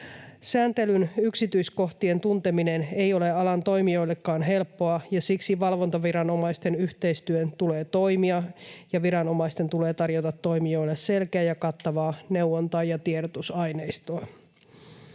Sääntelyn yksityiskohtien tunteminen ei ole alan toimijoillekaan helppoa, ja siksi valvontaviranomaisten yhteistyön tulee toimia ja viranomaisten tulee tarjota toimijoille selkeää ja kattavaa neuvontaa ja tiedotusaineistoa.